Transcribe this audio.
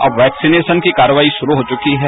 अब वैक्सीनेषान की कार्रवाई शुरू हो चुकी है